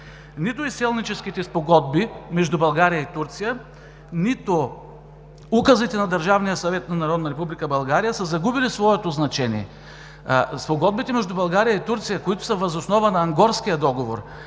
Нито изселническите спогодби между България и Турция, нито указите на Държавния съвет на Народна република България са загубили своето значение. Спогодбите между България и Турция, които са въз основа на Ангорския договор,